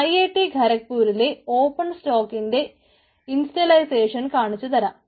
IIT ഖരത്പൂരിലെ open സ്റ്റാക്കിന്റെ installation കാണിച്ചുതരാം